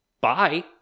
bye